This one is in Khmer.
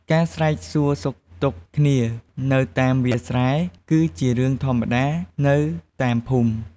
ការស្រែកសួរសុខទុក្ខគ្នានៅតាមវាលស្រែ គឺជារឿងធម្មតានៅតាមភូមិ។